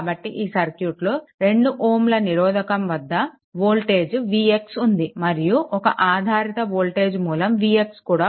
కాబట్టి ఈ సర్క్యూట్లో 2Ω నిరోధకం వద్ద వోల్టేజ్ vx ఉంది మరియు ఒక ఆధారిత వోల్టేజ్ మూలం vx కూడా ఉంది